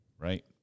Right